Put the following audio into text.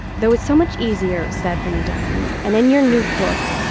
though it's so much easier said than done. and in your new book,